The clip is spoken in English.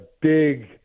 big